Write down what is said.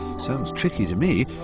sounds tricky to me,